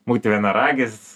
būti vienaragis